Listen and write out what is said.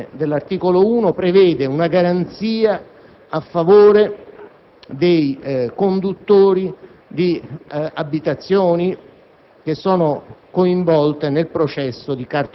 In particolare, il comma 7 dell'articolo 1 prevede una garanzia a favore di conduttori di abitazioni